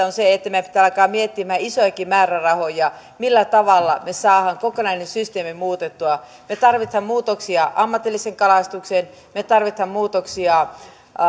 on se että meidän pitää alkaa miettimään isojakin määrärahoja millä tavalla me saamme kokonaisen systeemin muutettua me tarvitsemme muutoksia ammatilliseen kalastukseen me tarvitsemme muutoksia